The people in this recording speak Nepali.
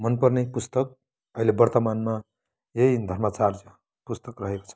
मन पर्ने पुस्तक अहिले वर्तमानमा यही धर्मचार्य पुस्तक रहेको छ